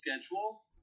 schedule